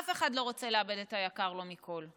אף אחד לא רוצה לאבד את היקר לו מכול.